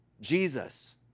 Jesus